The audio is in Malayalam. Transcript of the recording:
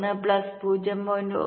1 പ്ലസ് 0